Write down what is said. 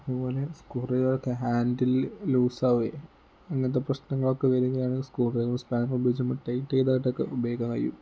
അതുപോലെ സ്ക്രൂ ഡ്രൈവറൊക്കെ handle loose ആകുകയും അങ്ങനത്തെ പ്രശ്നങ്ങളൊക്കെ വരികയാണെങ്കിൽ സ്ക്രൂ ഡ്രൈവർ സ്പാനർ ഉപയോഗിച്ച് നമ്മൾക്ക് ടൈറ്റ് ചെയ്യാനായിട്ടൊക്കെ ഉപയോഗിക്കാൻ കഴിയും